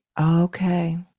Okay